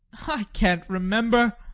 i can't remember!